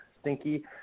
Stinky